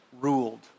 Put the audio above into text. ruled